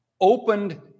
opened